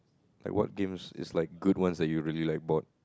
like what games is like good ones that you really like bought